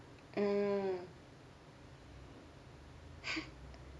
mm